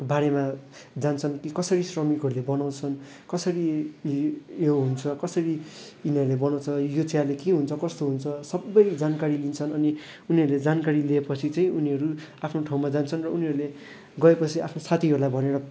बारीमा जान्छन् कि कसरी श्रमिकहरूले बनाउँछन् कसरी यो हुन्छ कसरी यिनीहरूले बनाउँछ यो चियाले के हुन्छ कस्तो हुन्छ सबै जानकारी लिन्छन् अनि उनीहरूले जानकारी लिएपछि चाहिँ उनीहरू आफ्नो ठाउँमा जान्छन् र उनीहरूले गएपछि आफ्नो साथीहरूलाई भनेर